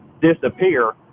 disappear